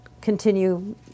continue